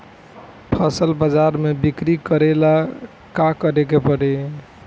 फसल बाजार मे बिक्री करेला का करेके परी?